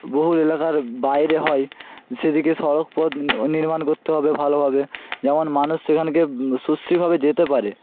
বহুল এলাকার বাইরে হয় সেদিকে সড়কপথ নির্মাণ করতে হবে ভালোভাবে যেমন মানুষ সেখানকে সুশ্রীভাবে যেতে পারে